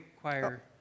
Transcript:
choir